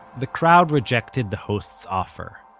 the crowd rejected the host's offer.